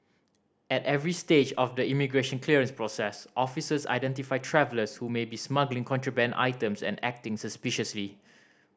at every stage of the immigration clearance process officers identify travellers who may be smuggling contraband items and acting suspiciously